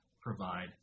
provide